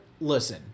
Listen